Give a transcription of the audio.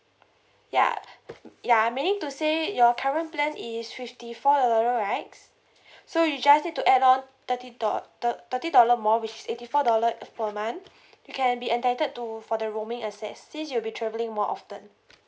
ya ya meaning to say your current plan is fifty four dollar right so you just need to add on thirty do~ do~ thirty dollar more which is eighty four dollar for a month you can be entitled to for the roaming assess since you'll be travelling more often